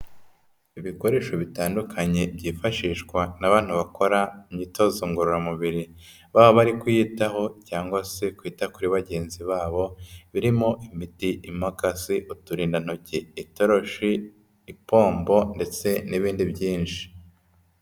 Ibikoresho bitandukanye byifashishwa n'abantu bakora imyitozo ngororamubiri, baba bari kwiyitaho cyangwa se kwita kuri bagenzi babo, birimo imiti, imakasi, uturindantoki, itoroshi, ipombo ndetse n'ibindi byinshi.